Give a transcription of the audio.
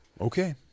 Okay